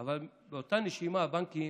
אבל באותה נשימה הבנקים